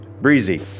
Breezy